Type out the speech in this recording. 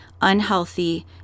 unhealthy